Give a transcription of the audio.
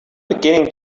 beginning